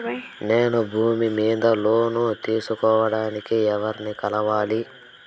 నేను భూమి మీద లోను తీసుకోడానికి ఎవర్ని కలవాలి?